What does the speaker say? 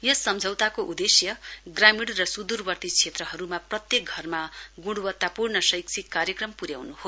यस सम्झौताको उद्देश्य ग्रामीण र सुदूरवर्ती क्षेत्रहरूमा प्रात्येक घरमा ग्णवत्तापूर्ण शैक्षिक कार्यक्रम प्र्याउन् हो